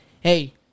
hey